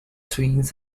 twins